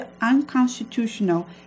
unconstitutional